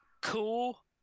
cool